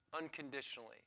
unconditionally